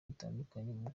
bitandukanye